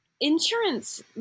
insurance